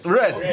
red